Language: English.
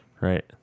right